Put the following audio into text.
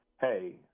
hey